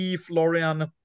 Florian